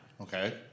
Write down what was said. Okay